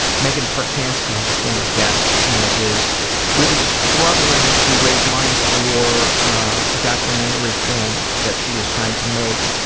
megan perkansky, who's a former guest, and is really struggling to raise money for a documentary film that she is trying to make,